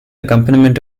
accompaniment